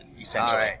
essentially